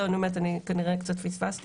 זהו אני אומרת אני כנראה קצת פספסתי